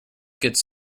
gets